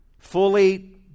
fully